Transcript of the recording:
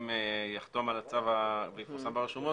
יחתום על הצו והוא יפורסם ברשומות,